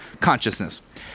Consciousness